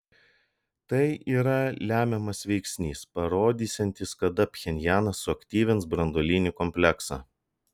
tai yra lemiamas veiksnys parodysiantis kada pchenjanas suaktyvins branduolinį kompleksą